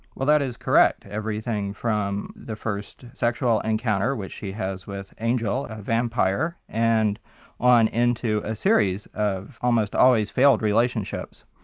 well that is correct. everything from the first sexual encounter, which she has with angel, a vampire, and on into a series of almost always failed relationships,